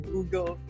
Google